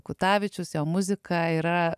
kutavičius jo muzika yra